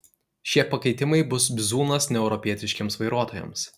šie pakeitimai bus bizūnas neeuropietiškiems vairuotojams